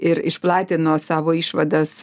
ir išplatino savo išvadas